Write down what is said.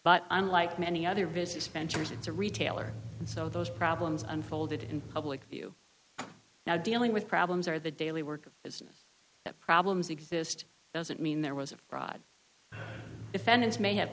but unlike many other business spencers it's a retailer so those problems unfolded in public view now dealing with problems or the daily work is that problems exist doesn't mean there was a fraud defendants may have